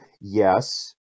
Yes